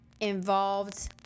involved